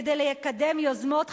כדי לקדם יוזמות חקיקה,